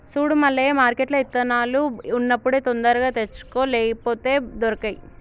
సూడు మల్లయ్య మార్కెట్ల ఇత్తనాలు ఉన్నప్పుడే తొందరగా తెచ్చుకో లేపోతే దొరకై